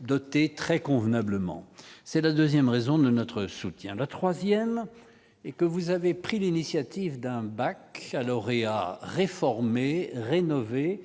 Doté très convenablement, c'est la 2ème raison de notre soutien, la 3ème et que vous avez pris l'initiative d'un bac à lauréats réformée rénovée